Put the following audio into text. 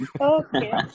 Okay